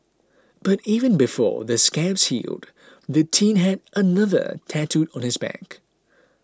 but even before the scabs healed the teen had another tattooed on his back